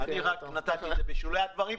אני רק אמרתי את זה בשולי הדברים.